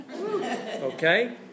Okay